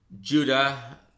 Judah